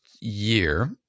year